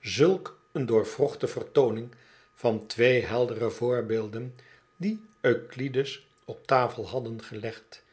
zulk een doorwrochte vertooning van twee heldere voorbeelden die euclides op tafel hadden gelegd